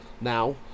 now